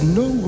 no